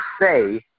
say